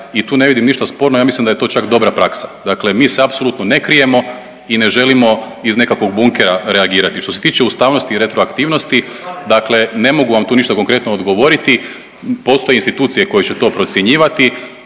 i tu ne vidim ništa sporno, ja mislim da je to čak dobra praksa, dakle mi se apsolutno ne krijemo i ne želimo iz nekakvog bunkera reagirati. Što se tiče ustavnosti i retroaktivnosti dakle ne mogu vam tu ništa konkretno odgovoriti, postoje institucije koje će to procjenjivati,